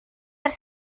ers